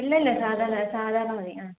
ഇല്ല ഇല്ല സാധാരണ സാധാരണ മതി